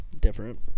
Different